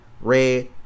red